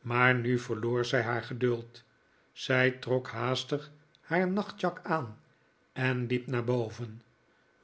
maar nu verloor zij haar geduld zij trok haastig haar nachtjak aan en liep naar boven